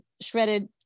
shredded